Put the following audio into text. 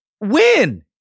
win